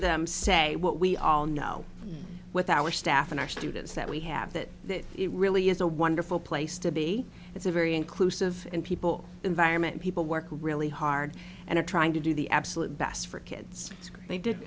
them say what we all know with our staff and our students that we have that it really is a wonderful place to be it's a very inclusive and people environment people work really hard and are trying to do the absolute best for kids